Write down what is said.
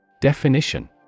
Definition